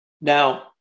Now